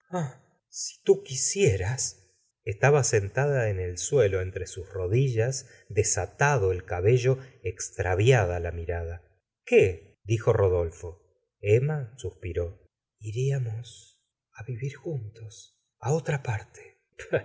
si tú quisieras estaba sentada en el suelo entre sus rodillas de satado el cabello extraviada la mirada qué dijo rodolfo emma suspiró t gustavo flaubert riamos á vivir juntos á otra parte